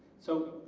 so